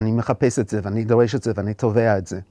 אני מחפש את זה, ואני דורש את זה, ואני תובע את זה.